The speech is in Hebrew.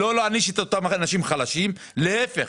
לא להעניש את אותם אנשים חלשים; להיפך.